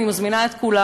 אני מזמינה את כולם,